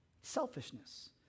Selfishness